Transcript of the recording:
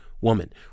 woman